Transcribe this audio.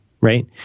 right